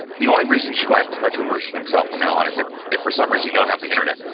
the only reason, you should buy a professional version of excel from now on is it, if for summers, you don't have the internet.